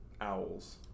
Owls